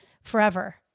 forever